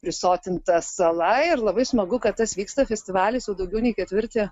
prisotinta sala ir labai smagu kad tas vyksta festivalis jau daugiau nei ketvirtį